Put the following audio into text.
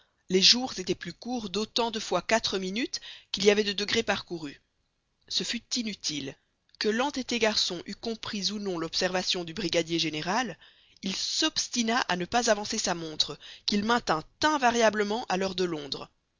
les jours étaient plus courts d'autant de fois quatre minutes qu'il y avait de degrés parcourus ce fut inutile que l'entêté garçon eût compris ou non l'observation du brigadier général il s'obstina à ne pas avancer sa montre qu'il maintint invariablement à l'heure de londres